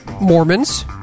Mormons